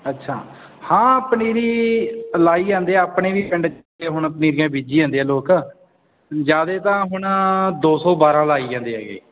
ਅੱਛਾ ਹਾਂ ਪਨੀਰੀ ਲਾਈ ਜਾਂਦੇ ਆ ਆਪਣੀ ਵੀ ਪਿੰਡ 'ਚ ਹੁਣ ਪਨੀਰੀਆਂ ਬੀਜੀ ਜਾਂਦੇ ਆ ਲੋਕ ਜ਼ਿਆਦਾ ਤਾਂ ਹੁਣ ਦੋ ਸੌ ਬਾਰਾਂ ਲਾਈ ਜਾਂਦੇ ਹੈਗੇ